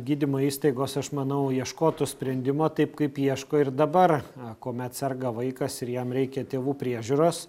gydymo įstaigos aš manau ieškotų sprendimo taip kaip ieško ir dabar kuomet serga vaikas ir jam reikia tėvų priežiūros